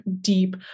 deep